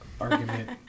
argument